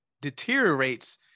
deteriorates